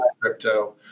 crypto